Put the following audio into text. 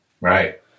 Right